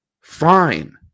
Fine